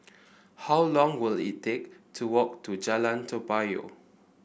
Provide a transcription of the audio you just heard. how long will it take to walk to Jalan Toa Payoh